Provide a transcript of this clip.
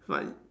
like